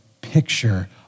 picture